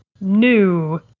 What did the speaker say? new